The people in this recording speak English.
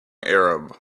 arab